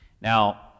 Now